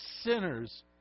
sinners